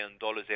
dollars